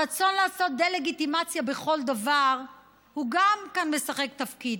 הרצון לעשות דה-לגיטימציה בכל דבר גם משחק כאן תפקיד,